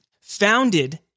founded